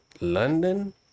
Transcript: London